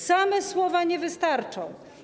Same słowa nie wystarczą.